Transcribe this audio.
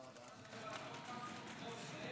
יפה מאוד.